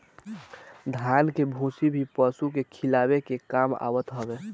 धान के भूसी भी पशु के खियावे के काम आवत हवे